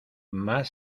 más